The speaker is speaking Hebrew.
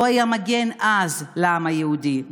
לא היה אז מגן לעם היהודי,